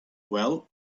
well